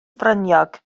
fryniog